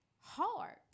Hard